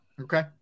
Okay